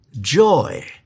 joy